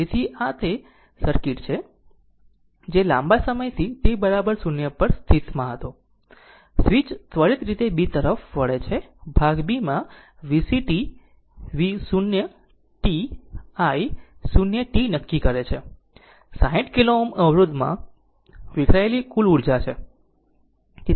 તેથી આ તે સર્કિટ છે જે લાંબા સમયથી t 0 પર સ્થિતિમાં હતો સ્વીચ ત્વરિત રીતે B તરફ વળે છે ભાગ B માં VCt V 0 t i 0 t નક્કી કરે છે 60 કિલો Ω અવરોધમાં વિખેરાયેલી કુલ ઉર્જા છે